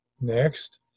Next